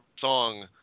song